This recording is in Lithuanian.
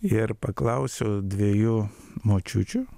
ir paklausiau dviejų močiučių